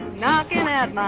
knocking